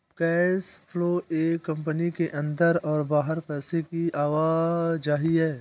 cash flow एक company के अंदर और बाहर पैसे की आवाजाही है